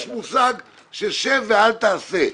יש מושג של "שב ואל תעשה".